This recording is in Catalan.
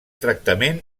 tractament